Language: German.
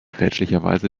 fälschlicherweise